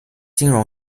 金融